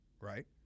right